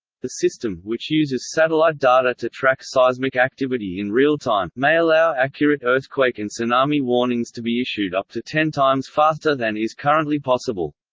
the system, which uses satellite data to track seismic activity in real-time, may allow accurate earthquake and tsunami warnings to be issued up to ten times faster than is currently possible.